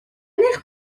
eich